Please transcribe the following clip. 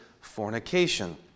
fornication